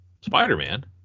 Spider-Man